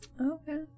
Okay